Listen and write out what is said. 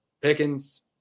Pickens